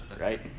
right